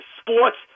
sports